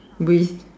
with